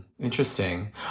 Interesting